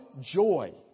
joy